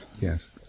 Yes